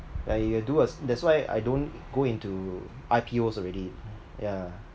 like you will do a that's why I don't go into I_P_Os already yeah